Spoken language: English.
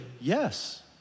Yes